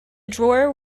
drawer